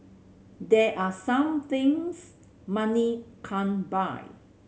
there are some things money can't buy